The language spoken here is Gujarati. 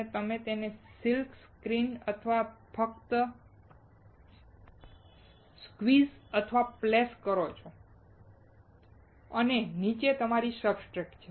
અને તમે તેને સિલ્ક સ્ક્રીન પર ફક્ત સ્ક્વીઝ અથવા સ્પ્લેશ કરો છો અને નીચે તમારી સબસ્ટ્રેટ છે